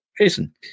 Jason